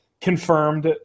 confirmed